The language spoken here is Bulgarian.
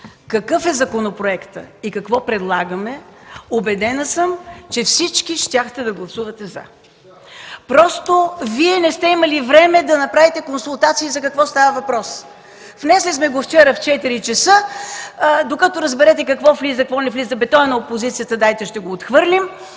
какъв е законопроектът и какво предлагаме, убедена съм, че всички щяхте да гласувате „за”. Просто вие не сте имали време да направите консултации за какво става въпрос. Внесли сме го вчера в 16,00 ч., докато разберете какво влиза, какво не влиза – „Абе, то е на опозицията, дайте ще го отхвърлим”,